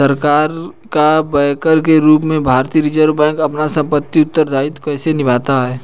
सरकार का बैंकर के रूप में भारतीय रिज़र्व बैंक अपना सांविधिक उत्तरदायित्व कैसे निभाता है?